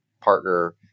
partner